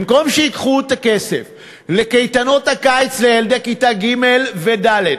במקום שייקחו את הכסף לקייטנות הקיץ לילדי כיתה ג' וד',